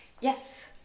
yes